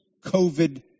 COVID